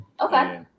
Okay